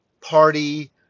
Party